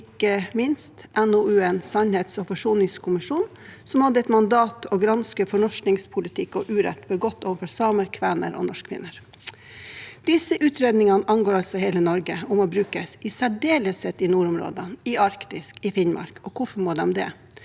ikke minst NOU-en fra sannhets- og forsoningskommisjonen, som hadde som mandat å granske fornorskingspolitikk og urett begått overfor samer, kvener og norskfinner. Disse utredningene angår altså hele Norge og må brukes i særdeleshet i nordområdene – i Arktis, i Finnmark. Og hvorfor må de det?